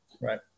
right